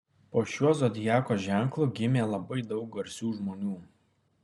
po šiuo zodiako ženklu gimė labai daug garsių žmonių